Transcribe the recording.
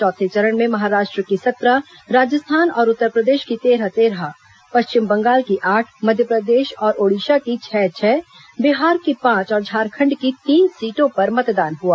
चौथे चरण में महाराष्ट्र की सत्रह राजस्थान और उत्तरप्रदेश की तेरह तेरह पश्चिम बंगाल की आठ मध्यप्रदेश और ओडिशा की छह छह बिहार की पांच और झारखंड की तीन सीटों पर मतदान हुआ